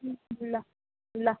ल ल